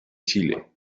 chile